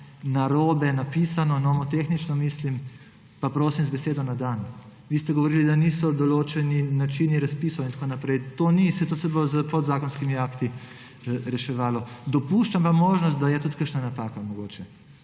narobe napisano, nomotehnično mislim, pa prosim z besedo na dan. Vi ste govorili, da načini razpisov niso določeni in tako naprej. To ni, saj to se bo s podzakonskimi akti reševalo. Dopuščam pa možnost, da je tudi kakšna napaka mogoče.